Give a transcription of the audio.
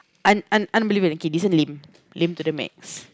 un un un unbelievable okay this one lame lame to the max